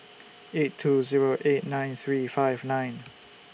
eight two Zero eight nine three five nine